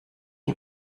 die